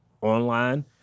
online